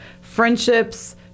friendships